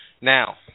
Now